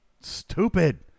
Stupid